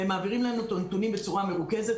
הם מעבירים לנו את הנתונים בצורה מרוכזת.